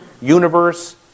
universe